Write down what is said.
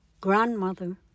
Grandmother